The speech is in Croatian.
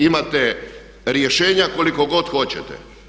Imate rješenja koliko god hoćete.